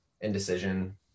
indecision